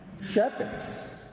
Shepherds